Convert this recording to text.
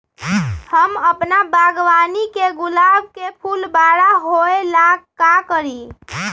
हम अपना बागवानी के गुलाब के फूल बारा होय ला का करी?